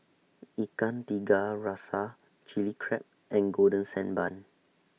Ikan Tiga Rasa Chili Crab and Golden Sand Bun